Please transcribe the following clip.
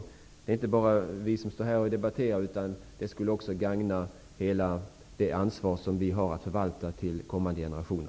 Det skulle inte bara gagna oss som debatterar här, utan också hela det ansvar som vi har att förvalta för kommande generationer.